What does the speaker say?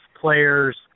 players